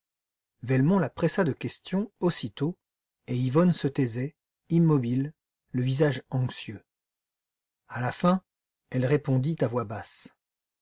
la pressa de questions aussitôt et yvonne se taisait immobile le visage anxieux à la fin elle répondit à voix basse